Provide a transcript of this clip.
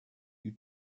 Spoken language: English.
you